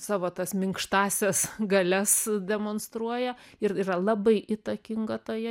savo tas minkštąsias galias demonstruoja ir yra labai įtakinga toje